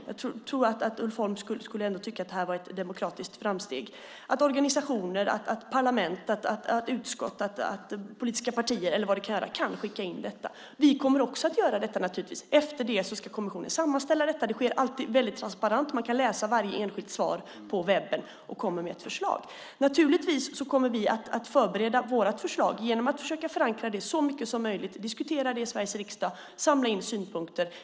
Jag tror att Ulf Holm trots allt tycker att det är ett demokratiskt framsteg att organisationer, parlament, utskott, politiska partier och allt vad det kan vara kan skicka in sina synpunkter. Vi kommer naturligtvis också att göra det. Därefter ska kommissionen sammanställa det hela. Det sker alltid på ett mycket transparent sätt. Man kan läsa varje enskilt svar på webben och komma med förslag. Givetvis kommer vi att förbereda vårt förslag genom att förankra det så mycket som möjligt, diskutera det i Sveriges riksdag och samla in synpunkter.